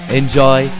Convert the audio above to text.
enjoy